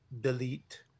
Delete